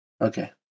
Okay